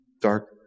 dark